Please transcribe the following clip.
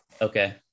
okay